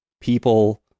people